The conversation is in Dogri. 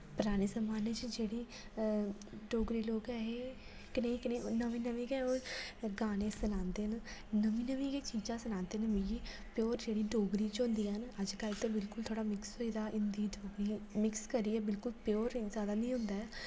पराने जमाने च जेह्ड़ी डोगरी लोक ऐ हे कन्नै कन्नै नमें नमें गे ओह् गाने सनांदे न नमीं नमीं गै चीजां सनांदे न मिगी प्योर जेह्ड़ी डोगरी च होंदियां न अजकल्ल ते बिल्कुल थोह्ड़ा मिक्स होई गेदा हिंदी डोगरी मिक्स करिये बिल्कुल प्योर कोई इन्ना जैदा निं होंदा ऐ